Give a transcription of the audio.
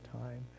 time